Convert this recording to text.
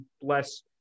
bless